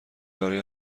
برای